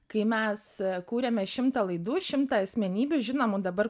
kai mes kūrėme šimtą laidų šimtą asmenybių žinomų dabar